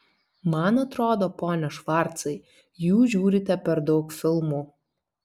man atrodo pone švarcai jūs žiūrite per daug filmų